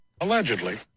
Allegedly